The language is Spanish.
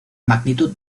magnitud